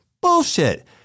Bullshit